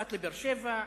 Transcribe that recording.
קצת לבאר-שבע,